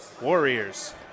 Warriors